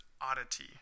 oddity